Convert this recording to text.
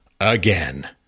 again